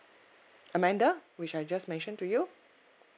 amanda which I just mentioned to you